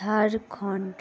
Jharkhand